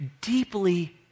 deeply